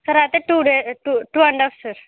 sir అయితే two days two two and half sir